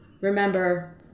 Remember